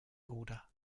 order